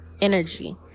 energy